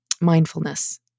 Mindfulness